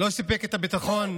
לא סיפק את הביטחון,